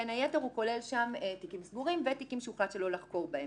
בין היתר הוא כולל שם תיקים סגורים ותיקים שהוחלט לא לחקור בהם.